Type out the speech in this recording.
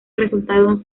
resultaron